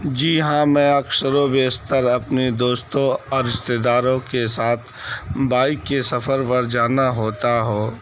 جی ہاں میں اکثر و بیشتر اپنے دوستوں اور رشتےداروں کے ساتھ بائک کے سفر پر جانا ہوتا ہو